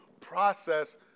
process